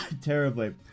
terribly